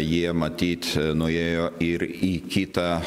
jie matyt nuėjo ir į kitą